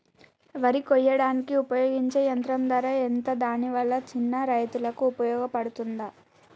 వరి కొయ్యడానికి ఉపయోగించే యంత్రం ధర ఎంత దాని వల్ల చిన్న రైతులకు ఉపయోగపడుతదా?